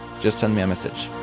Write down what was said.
just send me a message.